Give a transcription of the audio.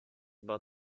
about